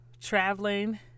Traveling